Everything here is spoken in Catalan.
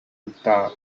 optar